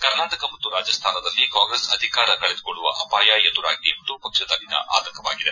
ಕರ್ನಾಟಕ ಮತ್ತು ರಾಜ್ಯಾನದಲ್ಲಿ ಕಾಂಗ್ರೆಸ್ ಅಧಿಕಾರ ಕಳೆದುಕೊಳ್ಳುವ ಅಪಾಯ ಎದುರಾಗಿದೆ ಎಂಬುದು ಪಕ್ಷದಲ್ಲಿನ ಆತಂಕವಾಗಿದೆ